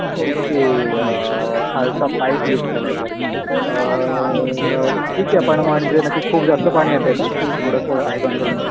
okay खालचा pipe leak झाला आहे तर ठीक आहे पण म्हणजे नक्की खूप जास्त पाणी येतं आहे का की थोडंसं आहे कंट्रोलमध्ये